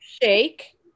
Shake